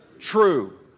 True